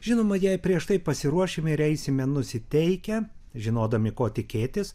žinoma jei prieš tai pasiruošime ir eisime nusiteikę žinodami ko tikėtis